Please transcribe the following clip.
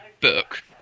Book